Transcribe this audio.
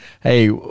Hey